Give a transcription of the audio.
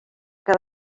que